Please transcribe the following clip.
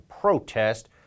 protest